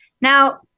Now